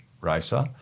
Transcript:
racer